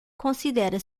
considera